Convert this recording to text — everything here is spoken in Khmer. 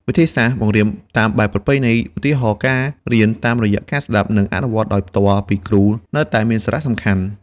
វិធីសាស្រ្តបង្រៀនតាមបែបប្រពៃណី ឧទាហរណ៍ ការរៀនតាមរយៈការស្តាប់ និងអនុវត្តដោយផ្ទាល់ពីគ្រូ នៅតែមានសារៈសំខាន់។